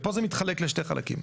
ופה זה מתחלק לשני חלקים.